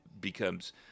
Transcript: becomes